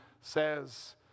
says